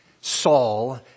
Saul